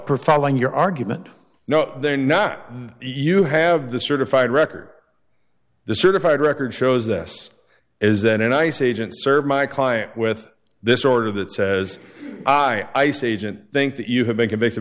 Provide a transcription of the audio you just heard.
for following your argument no they're not you have the certified record the certified record shows this is then an ice agent serve my client with this order that says i i say agent think that you have been convicted